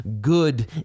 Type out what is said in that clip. good